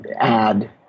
add –